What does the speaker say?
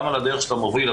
גם על הדרך שאתה מוביל,